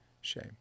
shame